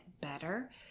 better